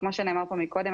כמו שנאמר פה קודם,